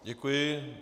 Děkuji.